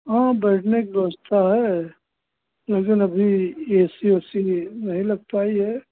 हाँ बैठने की व्यवस्था है लेकिन अभी ए सी वेसी नहीं लग पाई है